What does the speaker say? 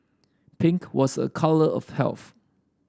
pink was a colour of health